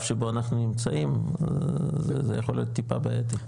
שאנחנו נמצאים זה יכול להיות טיפה בעייתי.